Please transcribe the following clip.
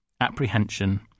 apprehension